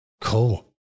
Cool